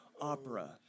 opera